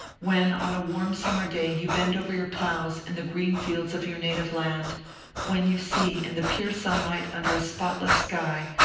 when on a warm summer day you bend over your plows in the green fields of your native land when you see, in the pure sunlight under a spotless sky,